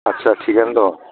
आस्सा थिगानो दं